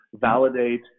validate